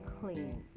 clean